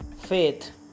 faith